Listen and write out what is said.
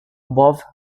above